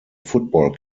football